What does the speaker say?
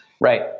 right